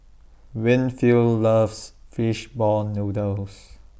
Winfield loves Fish Ball Noodles